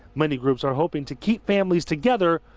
many groups are hoping to keep families together.